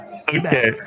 Okay